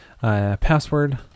password